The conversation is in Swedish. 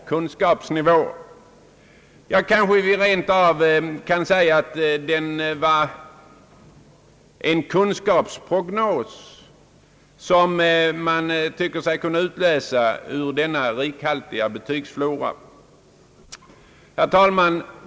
kunskapsnivå. Kanske vi rent av kan säga, att vi kan utläsa en kunskapsprognos ur denna rikhaltiga betygsflora.